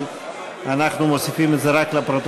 אבל אנחנו מוסיפים את זה רק לפרוטוקול.